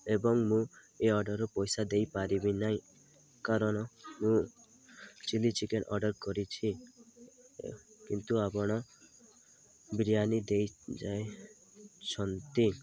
ଏବଂ ମୁଁ ଏ ଅର୍ଡ଼ର୍ର ପଇସା ଦେଇପାରିବି ନାହିଁ କାରଣ ମୁଁ ଚିଲ୍ଲି ଚିକେନ୍ ଅର୍ଡ଼ର୍ କରିଛି କିନ୍ତୁ ଆପଣ ବିରିୟାନି ଦେଇଯାଇଛନ୍ତି